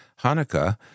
Hanukkah